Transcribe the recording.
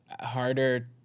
harder